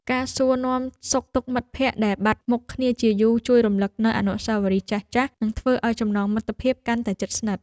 ការសួរនាំសុខទុក្ខមិត្តភក្តិដែលបាត់មុខគ្នាជាយូរជួយរំលឹកនូវអនុស្សាវរីយ៍ចាស់ៗនិងធ្វើឱ្យចំណងមិត្តភាពកាន់តែជិតស្និទ្ធ។